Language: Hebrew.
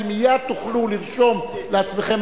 כי מייד תוכלו לרשום לעצמכם,